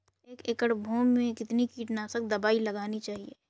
एक एकड़ भूमि में कितनी कीटनाशक दबाई लगानी चाहिए?